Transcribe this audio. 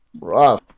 Rough